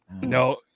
No